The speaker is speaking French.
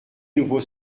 nouveau